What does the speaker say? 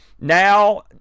Now